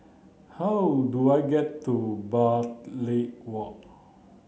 how do I get to Bartley Walk